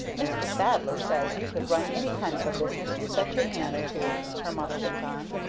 mr. thaddler says you could run any kind of a business you set your hand to, her mother went on.